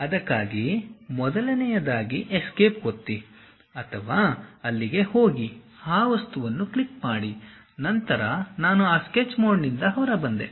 ಅದಕ್ಕಾಗಿ ಮೊದಲನೆಯದಾಗಿ ಎಸ್ಕೇಪ್ ಒತ್ತಿ ಅಥವಾ ಅಲ್ಲಿಗೆ ಹೋಗಿ ಆ ವಸ್ತುವನ್ನು ಕ್ಲಿಕ್ ಮಾಡಿ ನಂತರ ನಾನು ಆ ಸ್ಕೆಚ್ ಮೋಡ್ನಿಂದ ಹೊರಬಂದೆ